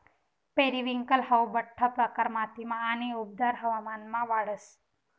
periwinkle हाऊ बठ्ठा प्रकार मातीमा आणि उबदार हवामानमा वाढस